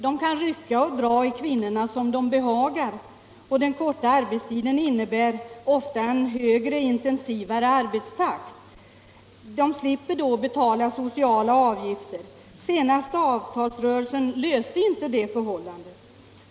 De kan rycka och dra i kvinnorna som de behagar, och den korta arbetstiden innebär ofta en högre och intensivare arbetstakt. Arbetsgivarna slipper betala sociala avgifter för många av de deltidsarbetande. Den senaste avtalsrörelsen löste inte det 47 problemet.